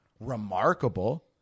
remarkable